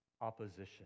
opposition